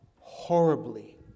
horribly